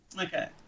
Okay